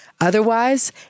Otherwise